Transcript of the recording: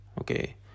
okay